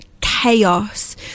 chaos